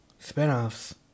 spinoffs